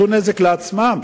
הם עשו נזק לעצמם,